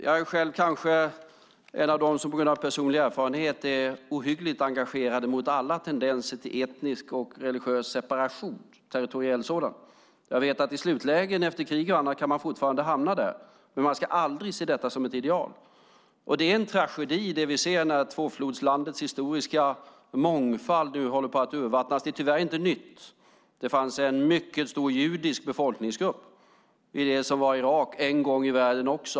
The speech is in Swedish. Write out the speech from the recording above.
Jag är själv kanske en av dem som på grund av personlig erfarenhet är ohyggligt engagerade mot alla tendenser till etnisk och religiös separation, territoriell sådan. Jag vet att i slutlägen efter krig och annat kan man fortfarande hamna där, men man ska aldrig se det som ett ideal. Och det är en tragedi det som vi ser när tvåflodslandets historiska mångfald nu håller på att urvattnas. Det är tyvärr inte nytt. Det fanns en gång i världen en mycket stor judisk befolkningsgrupp i det som var i Irak.